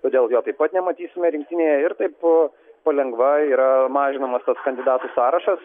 todėl jo taip pat nematysime rinktinėje ir taip palengva yra mažinamas tas kandidatų sąrašas